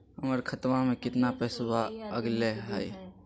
हमर खतवा में कितना पैसवा अगले हई?